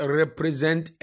represent